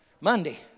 Monday